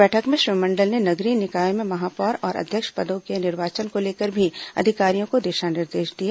बैठक में श्री मंडल ने नगरीय निकायों में महापौर और अध्यक्ष पदों के निर्वाचन को लेकर भी अधिकारियों को दिशा निर्देश दिए